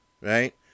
right